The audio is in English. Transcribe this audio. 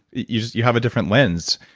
you you have a different lens,